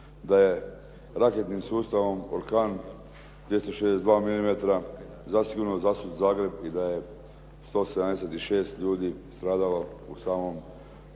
da je raketnim sustavom Orkan 262 mm zasigurno zasut Zagreb i da je 176 ljudi stradalo u samom